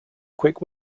quick